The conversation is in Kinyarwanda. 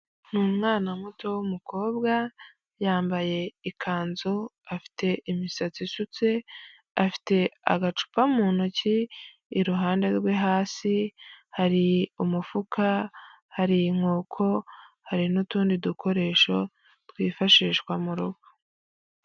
Ni umwana muto w'umukobwa, yambaye ikanzu afite imisatsi ishutse, afite agacupa mu ntoki, iruhande rwe hasi hari umufuka, hari inkoko, hari n'utundi dukoresho twifashishwa mu rugo.